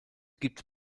gibt